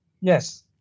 Yes